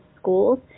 schools